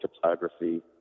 photography